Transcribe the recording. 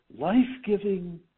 life-giving